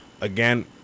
Again